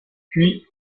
puis